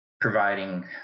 providing